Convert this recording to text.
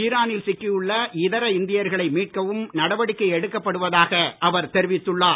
ஈரானில் சிக்கியுள்ள இதர இந்தியர்களை மீட்கவும் நடவடிக்கை எடுக்கப்படுவதாக அவர் தெரிவித்துள்ளார்